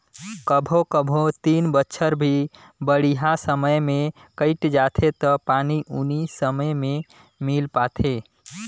कभों कभों तीन बच्छर भी बड़िहा समय मे कइट जाथें त पानी उनी समे मे मिल पाथे